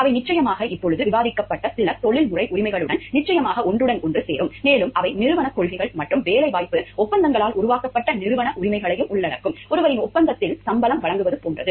அவை நிச்சயமாக இப்போது விவாதிக்கப்பட்ட சில தொழில்முறை உரிமைகளுடன் நிச்சயமாக ஒன்றுடன் ஒன்று சேரும் மேலும் அவை நிறுவனக் கொள்கைகள் மற்றும் வேலைவாய்ப்பு ஒப்பந்தங்களால் உருவாக்கப்பட்ட நிறுவன உரிமைகளையும் உள்ளடக்கும் ஒருவரின் ஒப்பந்தத்தில் சம்பளம் வழங்குவது போன்றவை